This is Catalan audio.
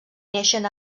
neixen